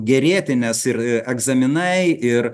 gerėti nes ir egzaminai ir